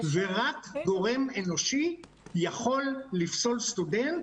ורק גורם אנושי יכול לפסול סטודנט,